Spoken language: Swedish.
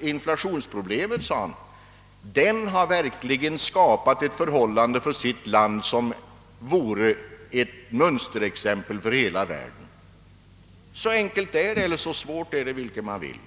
inflationsproblemet verkligen skapat ett förhållande i sitt land som kunde gälla som ett mönsterexempel för hela världen. Så enkelt eller så svårt är det — vilket man vill.